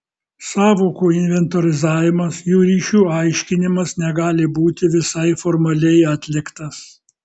sąvokų inventorizavimas jų ryšių aiškinimas negali būti visai formaliai atliktas